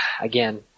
again